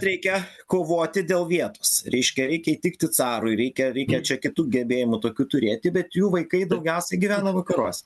reikia kovoti dėl vietos reiškia reikia įtikti carui reikia reikia čia kitų gebėjimų tokių turėti bet jų vaikai daugiausia gyvena vakaruose